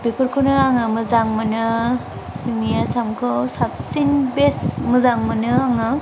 बेफोरखौनो आङो मोजां मोनो जोंनि आसामखौ साबसिन बेस्त मोजां मोनो आङो